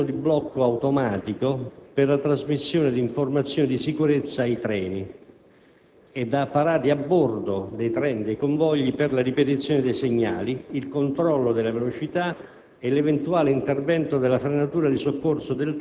Tale sistema è costituito da un impianto di blocco automatico per la trasmissione di informazioni di sicurezza ai treni e da apparati a bordo dei convogli per la ripetizione dei segnali, il controllo delle velocità